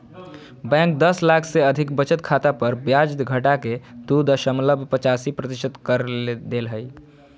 bank दस लाख से अधिक बचत खाता पर ब्याज घटाके दू दशमलब पचासी प्रतिशत कर देल कय